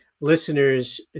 listeners